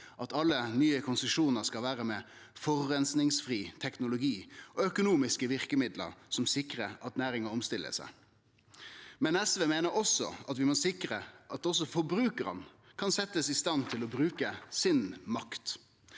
at alle nye konsesjonar skal vere med forureiningsfri teknologi, og gjennom økonomiske verkemiddel som sikrar at næringa omstiller seg. SV meiner også at vi må sikre at forbrukarane kan setjast i stand til å bruke makta